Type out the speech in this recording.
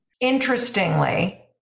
interestingly